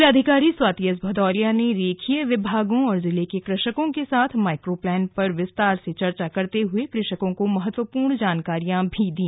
जिलाधिकारी स्वाति एस भदौरिया ने रेखीय विभागों और जिले के कृषकों के साथ माइक्रोप्लान पर विस्तार से चर्चा करते हुए कृषकों को महत्वपूर्ण जानकारियां भी दी